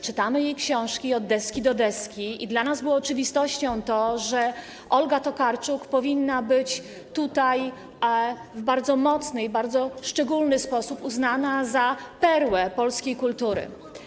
Czytamy jej książki od deski do deski i dla nas było oczywistością to, że Olga Tokarczuk powinna być tutaj w bardzo mocny i bardzo szczególny sposób uznana za perłę polskiej kultury.